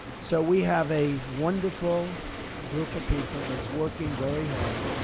so we have a wonderful group of people that's working very hard,